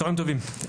צוהריים טובים.